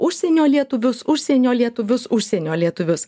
užsienio lietuvius užsienio lietuvius užsienio lietuvius